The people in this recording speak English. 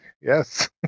Yes